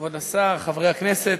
כבוד השר, חברי הכנסת,